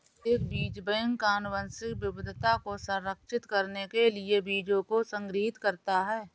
एक बीज बैंक आनुवंशिक विविधता को संरक्षित करने के लिए बीजों को संग्रहीत करता है